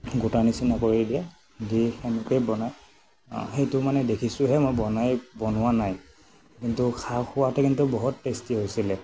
গোটা নিচিনা কৰি দিয়ে দি সেনেকৈ বনাই অঁ সেইটো মানে দেখিছোঁহে মই বনাই বনোৱা নাই কিন্তু খা খোৱাতে কিন্তু বহুত টেষ্টি হৈছিলে